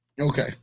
okay